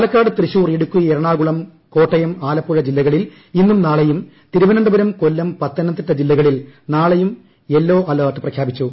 പാലക്കാട് തൃശൂർ ഇടുക്കി എറണാകുളം കോട്ടയം ആലപ്പുഴ ജില്ലകളിൽ ഇന്നും നാളെയും തിരുവനന്തപുരം കൊല്ലം പത്തനംതിട്ട ജില്ലകളിൽ നാളെയും യെല്ലോ അലർട്ട് പ്രഖ്യാപിച്ചു